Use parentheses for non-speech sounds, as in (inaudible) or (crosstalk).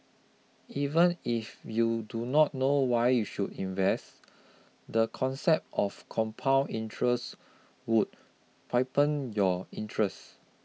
even if you do not know why you should invest the concept of compound interest would (unintelligible) your interest